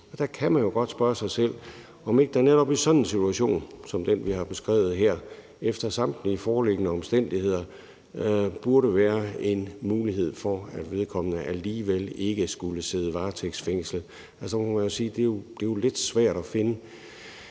Der kan man jo godt spørge sig selv, om ikke der netop i sådan en situation som den, vi har beskrevet her, efter samtlige foreliggende omstændigheder burde være en mulighed for, at vedkommende alligevel ikke skulle sidde varetægtsfængslet. Man må jo sige, at det